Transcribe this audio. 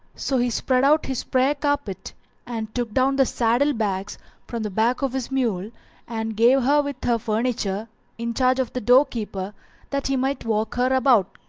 so he spread out his prayer-carpet and took down the saddle-bags from the back of his mule and gave her with her furniture in charge of the door-keeper that he might walk her about.